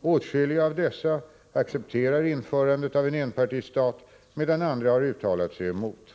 Åtskilliga av dessa accepterar införandet av en enpartistat, medan andra har uttalat sig emot.